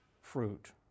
fruit